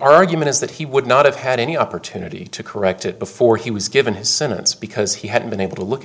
argument is that he would not have had any opportunity to correct it before he was given his sentence because he hadn't been able to look